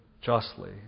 justly